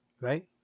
right